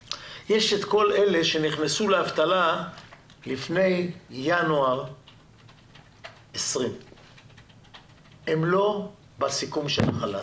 אלה שנכנסו לאבטלה לפני ינואר 2020. הם לא בסיכום של החל"ת.